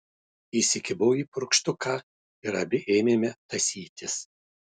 įsikibau į purkštuką ir abi ėmėme tąsytis